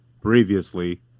Previously